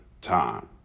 time